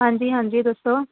ਹਾਂਜੀ ਹਾਂਜੀ ਦੱਸੋ